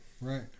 Right